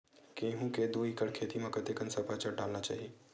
गेहूं के दू एकड़ खेती म कतेकन सफाचट डालना चाहि?